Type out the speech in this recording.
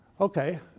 Okay